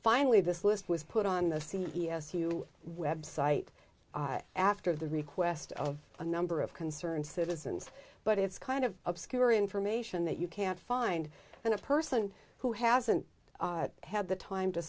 finally this list was put on the c e o s who website after the request of a number of concerned citizens but it's kind of obscure information that you can't find and a person who hasn't had the time to